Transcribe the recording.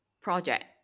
project